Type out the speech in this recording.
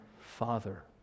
father